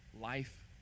life